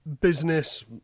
business